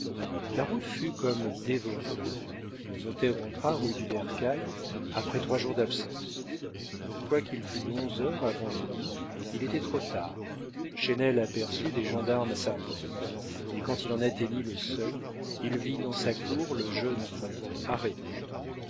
la route fut comme dévorée le notaire rentra rue du bercail après trois jours d'absence quoiqu'il fût onze heures avant minuit il était trop tard chesnel aperçut des gendarmes à sa porte et quand il en atteignit le seuil il vit dans sa cour le jeune comte arrêté